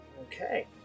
Okay